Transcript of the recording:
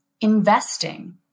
investing